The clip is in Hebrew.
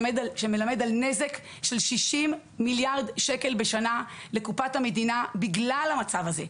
שמלמד על נזק של 60 מיליארד שקל בשנה לקופת המדינה בגלל המצב הזה,